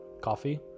Coffee